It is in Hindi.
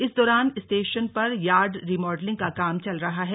इस दौरान स्टेशन पर यार्ड रिमॉडलिंग का काम चल रहा है